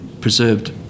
preserved